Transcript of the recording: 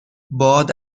باد